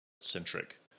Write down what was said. centric